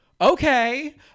okay